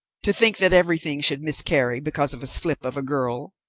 to think that everything should miscarry because of a slip of a girl!